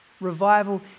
Revival